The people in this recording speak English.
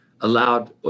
allowed